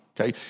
Okay